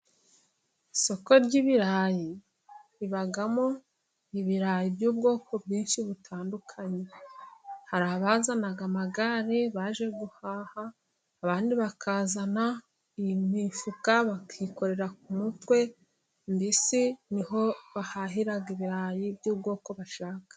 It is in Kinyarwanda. Isoko ry'ibirayi ribamo ibirayi by'ubwoko bwinshi butandukanye. Hari abazana amagare baje guhaha, abandi bakazana imifuka bakikorera ku mutwe, mbese ni ho bahahira ibirayi by'ubwoko bashaka.